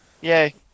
Yay